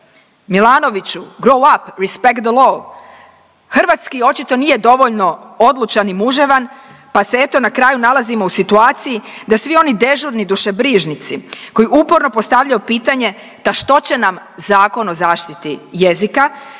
govori na engleskom jeziku/…. Hrvatski očito nije dovoljno odlučan i muževan, pa se eto na kraju nalazimo u situaciji da svi oni dežurni dušebrižnici koji uporno postavljaju pitanje da što će nam Zakon o zaštiti jezika,